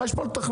מה יש פה לתכנן?